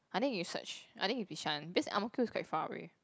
I think you search I think is Bishan because Ang-Mo-Kio is quite far already